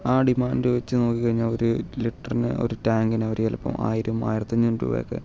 ആ ഡിമാൻഡ് വെച്ച് നോക്കി കഴിഞ്ഞാൽ ഒരു ലിറ്ററിന് ഒരു ടാങ്കിന് അവർ ചിലപ്പോൾ ആയിരം ആയിരത്തിയഞ്ഞൂറ് രൂപ ഒക്കെ